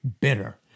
bitter